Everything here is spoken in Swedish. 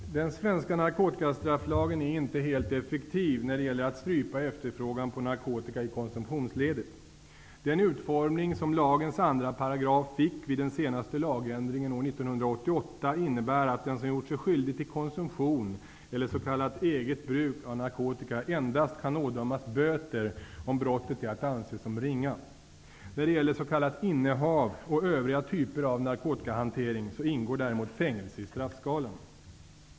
Herr talman! Den svenska narkotikastrafflagen är inte helt effektiv när det gäller att strypa efterfrågan på narkotika i konsumtionsledet. Den utformning som lagens andra paragraf fick vid den senaste lagändringen år 1988 innebär att den som gjort sig skyldig till konsumtion, eller s.k. eget bruk, av narkotika endast kan ådömas böter om brottet är att anse som ringa. När det gäller s.k. innehav och övriga typer av narkotikahantering ingår däremot fängelse i straffskalan.